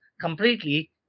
completely